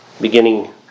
beginning